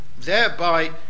thereby